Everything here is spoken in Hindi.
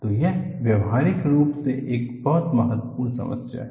तो यह व्यावहारिक रूप से एक बहुत महत्वपूर्ण समस्या है